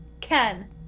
ken